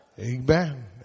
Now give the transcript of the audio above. Amen